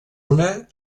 una